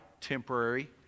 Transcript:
temporary